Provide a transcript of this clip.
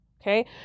Okay